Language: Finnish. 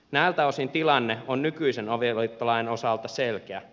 näiltä osin tilanne on nykyisen avioliittolain osalta selkeä